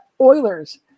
Oilers